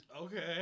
Okay